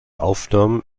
aufnahmen